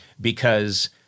because-